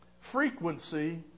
Frequency